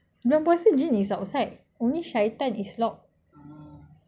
bulan puasa jin is outside only syaitan is locked